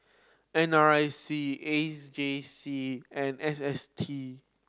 N R I C A J C and S S T